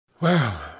Well